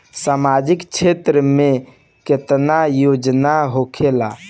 सामाजिक क्षेत्र में केतना योजना होखेला?